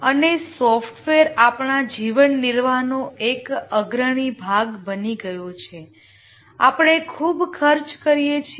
અને સોફ્ટવેર આપણા જીવન નિર્વાહનો એક અગ્રણી ભાગ બની ગયો છે આપણે સોફ્ટવેર માટે ખૂબ ખર્ચ કરીએ છીએ